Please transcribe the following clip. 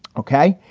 ok,